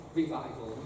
revival